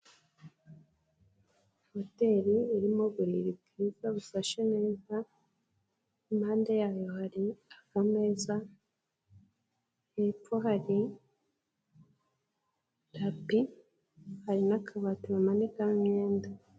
Hoteri irimo uburiri bwiza bufashe neza, impande yayo hari ameza, hepfo hari tapi, hari n'akabati bamanikamo imyenda.